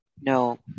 no